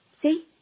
See